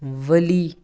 ولی